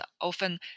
often